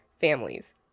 families